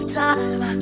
time